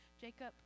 Jacob